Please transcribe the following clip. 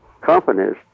companies